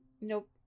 Nope